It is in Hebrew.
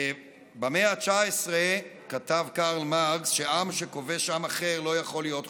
במאה ה-19 כתב קרל מרקס שעם שכובש עם אחר לא יכול להיות חופשי,